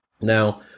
Now